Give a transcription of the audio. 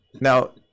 Now